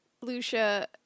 Lucia